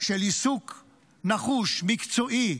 של עיסוק נחוש, מקצועי,